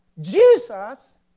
Jesus